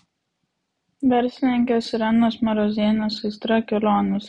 verslininkės irenos marozienės aistra kelionės